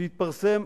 טוב,